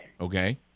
Okay